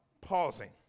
pausing